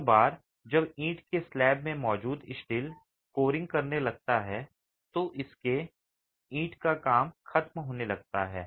एक बार जब ईंट के स्लैब में मौजूद स्टील कोरिंग करने लगता है तो ईंट का काम ख़त्म होने लगता है